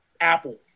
Apple